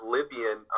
Libyan